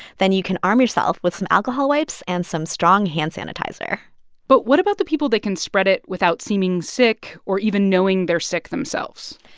then you can arm yourself with some alcohol wipes and some strong hand sanitizer but what about the people that can spread it without seeming sick or even knowing they're sick themselves?